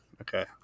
Okay